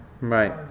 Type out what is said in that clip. Right